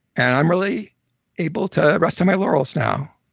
and i'm really able to rest on my laurels now